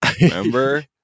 remember